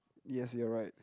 yes you're right